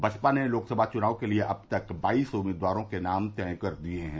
बसपा ने लोकसभा चुनाव के लिये अब तक बाईस उम्मीदवारों के नाम तय कर दिये हैं